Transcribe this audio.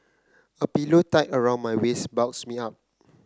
a pillow tied around my waist bulks me up